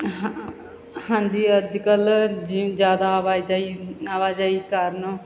ਹਾਂ ਹਾਂਜੀ ਅੱਜ ਕੱਲ੍ਹ ਜੀ ਜ਼ਿਆਦਾ ਆਵਾਜਾਈ ਆਵਾਜਾਈ ਕਾਰਨ